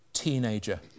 teenager